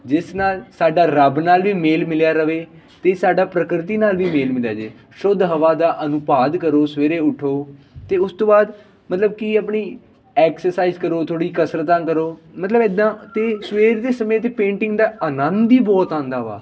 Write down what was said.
ਜਿਸ ਨਾਲ ਸਾਡਾ ਰੱਬ ਨਾਲ ਵੀ ਮੇਲ ਮਿਲਿਆ ਰਹੇ ਅਤੇ ਸਾਡਾ ਪ੍ਰਕਰਤੀ ਨਾਲ ਵੀ ਮੇਲ ਮਿਲਿਆ ਜੇ ਸ਼ੁੱਧ ਹਵਾ ਦਾ ਅਨੁਭਾਦ ਕਰੋ ਸਵੇਰੇ ਉੱਠੋ ਅਤੇ ਉਸ ਤੋਂ ਬਾਅਦ ਮਤਲਬ ਕਿ ਆਪਣੀ ਐਕਸਰਸਾਈਜ਼ ਕਰੋ ਥੋੜ੍ਹੀ ਕਸਰਤਾਂ ਕਰੋ ਮਤਲਬ ਇੱਦਾਂ ਅਤੇ ਸਵੇਰ ਦੇ ਸਮੇਂ ਤਾਂ ਪੇਂਟਿੰਗ ਦਾ ਆਨੰਦ ਹੀ ਬਹੁਤ ਆਉਂਦਾ ਵਾ